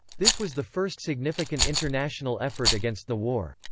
this was the first significant international effort against the war.